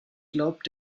glaubt